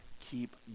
keep